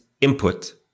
input